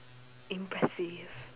impressive